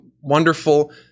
wonderful